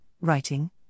writing